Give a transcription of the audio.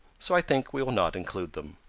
so i think we will not include them.